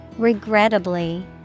Regrettably